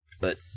But-